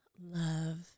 love